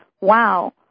wow